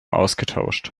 ausgetauscht